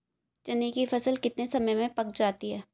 चने की फसल कितने समय में पक जाती है?